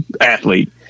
athlete